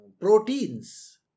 proteins